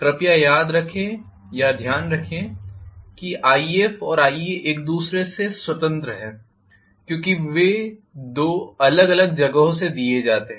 कृपया याद रखें या ध्यान दें कि Ifऔर Ia एक दूसरे से स्वतंत्र हैं क्योंकि वे दो अलग अलग जगहों से दिए जाते हैं